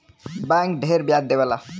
bank ढेर ब्याज देवला